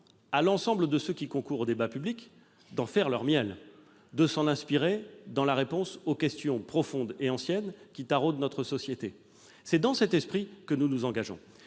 à l'ensemble de ceux qui concourent au débat public, d'en faire leur miel, de s'en inspirer, dans la réponse qu'ils apporteront aux questions profondes et anciennes qui taraudent notre société. C'est dans cet esprit que nous nous engageons.